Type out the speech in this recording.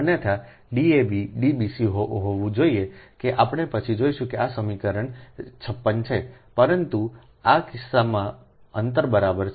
અન્યથા તે D ab D bc હોવું જોઈએ કે આપણે પછી જોશું કે આ સમીકરણ is 56 છે પરંતુ આ કિસ્સામાં અંતર બરાબર છે